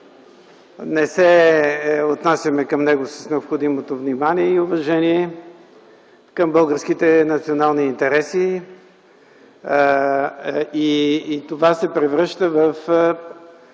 не се отнасяме с необходимото внимание и уважение към българските национални интереси. Това се превръща в